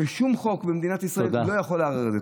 ושום חוק במדינת ישראל לא יכול לערער על זה.